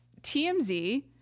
TMZ